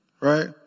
right